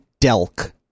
Delk